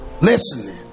listening